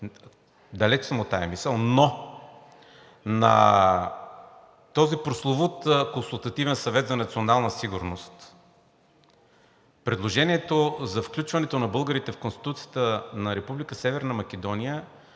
далеч съм от тази мисъл, но на този прословут Консултативен съвет за национална сигурност предложението за включването на българите в Конституцията на Република